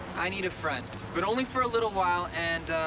i need a friend. but only for a little while, and,